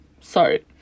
sorry